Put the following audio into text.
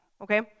Okay